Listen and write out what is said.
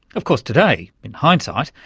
of course today, in hindsight,